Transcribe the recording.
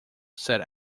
said